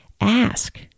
ask